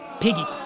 Piggy